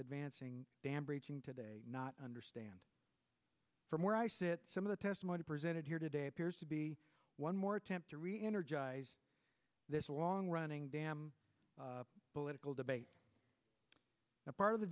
advancing dam breaching today not understand from where i sit some of the testimony presented here today appears to be one more attempt to reenergize this long running damn political debate now part of the